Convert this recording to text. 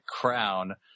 crown